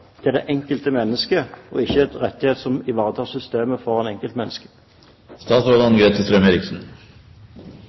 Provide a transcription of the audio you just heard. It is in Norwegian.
rettigheter for det enkelte menneske, og ikke rettigheter som ivaretar systemet